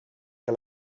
que